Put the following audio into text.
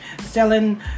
selling